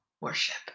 worship